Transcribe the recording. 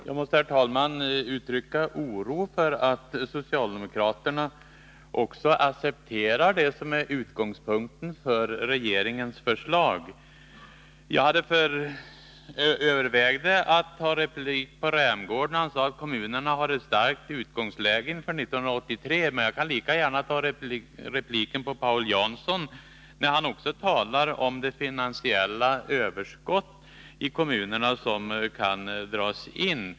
Herr talman! Jag måste uttrycka oro för att socialdemokraterna också accepterar det som är utgångspunkten för regeringens förslag. Jag övervägde att begära replik med anledning av Rolf Rämgårds inlägg, där han sade att kommunerna hade ett starkt utgångsläge inför 1983. Men jag kan lika gärna begära replik med anledning av Paul Janssons inlägg — han talade också om det finansiella överskott i kommunerna som kan dras in.